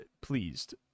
pleased